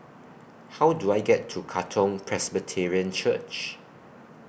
How Do I get to Katong Presbyterian Church